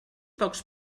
pocs